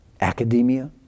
Academia